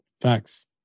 Facts